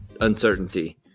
uncertainty